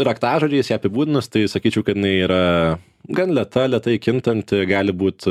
raktažodžiais ją apibūdinus tai sakyčiau kad jinai yra gan lėta lėtai kintanti gali būt